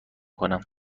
کنم